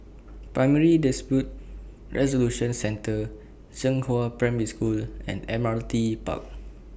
Primary Dispute Resolution Centre Zhenghua Primary School and Admiralty Park